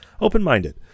Open-minded